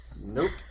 Nope